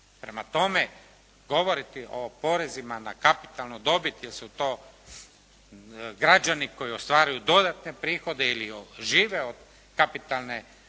Prema tome, govoriti o porezima na kapitalnoj dobiti jer su to građani koji ostvaruju dodatne prihode ili žive od kapitalne prihoda,